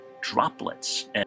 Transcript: droplets